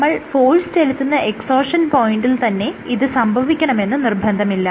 നമ്മൾ ഫോഴ്സ് ചെലുത്തുന്ന എക്സോഷൻ പോയിന്റിൽ തന്നെ ഇത് സംഭവിക്കണമെന്ന് നിർബന്ധമില്ല